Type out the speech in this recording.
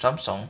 Samsung